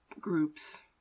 groups